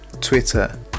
Twitter